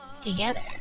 together